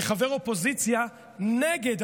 כחבר אופוזיציה נגד,